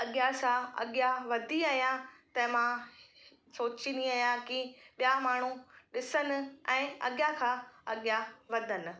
अॻियां सां अॻियां वधी आहियां त मां सोचींदी आहियां की ॿिया माण्हू ॾिसनि ऐं अॻियां खां अॻियां वधनि